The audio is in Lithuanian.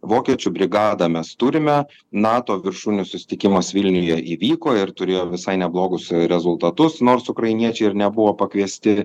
vokiečių brigadą mes turime nato viršūnių susitikimas vilniuje įvyko ir turėjo visai neblogus rezultatus nors ukrainiečiai ir nebuvo pakviesti